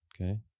Okay